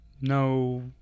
No